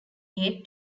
gate